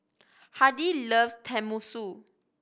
Hardy loves Tenmusu